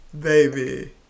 Baby